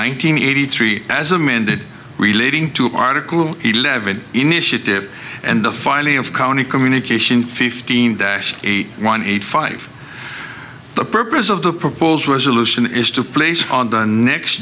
nineteen eighty three as amended relating to article eleven initiative and the filing of county communication fifteen dash eight one eight five the purpose of the proposed resolution is to place on the next